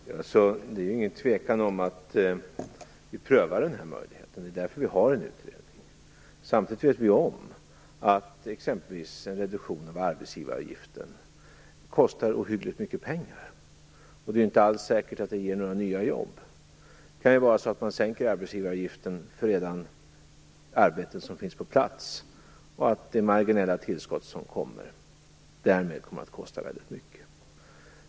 Fru talman! Det är ingen tvekan om att vi prövar denna möjlighet. Det är därför vi har en utredning. Samtidigt vet vi om att exempelvis en reduktion av arbetsgivaravgiften kostar ohyggligt mycket pengar, och det är inte alls säkert att det ger några nya jobb. Det kan ju bli så att man sänker arbetsgivaravgiften för arbete som redan finns och att det marginella tillskott som blir följden därmed kommer att kosta väldigt mycket.